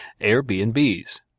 Airbnbs